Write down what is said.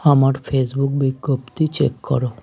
আমার ফেসবুক বিজ্ঞপ্তি চেক করো